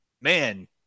man